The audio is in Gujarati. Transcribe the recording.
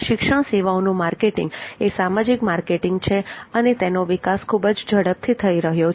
શિક્ષણ સેવાઓનું માર્કેટિંગ એ સામાજિક માર્કેટિંગ છે અને તેનો વિકાસ ખૂબ જ ઝડપથી થઇ રહ્યો છે